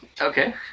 Okay